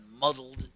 muddled